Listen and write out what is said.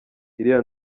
iriya